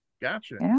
gotcha